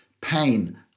pain